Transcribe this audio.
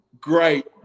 Great